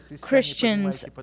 Christians